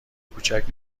کوچک